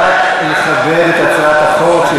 נא לכבד את הצעת החוק של יריב לוין.